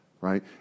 right